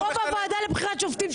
כמו בוועדה לבחירת שופטים,